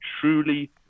truly